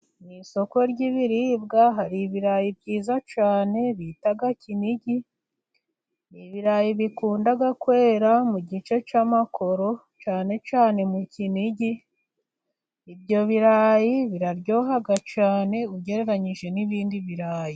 Isoko ry'ibiribwa hari ibirayi byiza cyane bita Kinigi ,ni ibirayi bikunda kwera mu gice cy'amakoro cyane cyane mu Kinigi ,ibyo birayi biraryoha cyane ugereranyije n'ibindi birarayi.